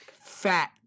fat